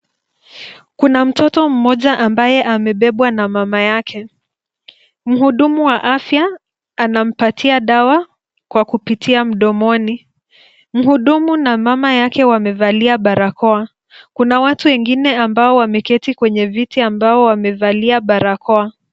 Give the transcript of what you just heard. Kuna mtoto mmoja ambaye amebebwa na mama yake ,Mhudumu wa afya anampatia dawa kwa kupitia mdomoni. Mhudumu na mama yake wamevalia barakoa. Kuna watu wengine ambao wameketi kwenye viti ambao wamevalia barakoa.